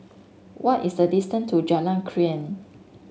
what is the distance to Jalan Krian